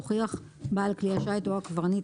הוכיח בעל כלי השיט או הקברניט,